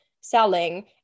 selling